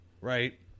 right